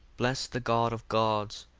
bless the god of gods,